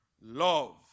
love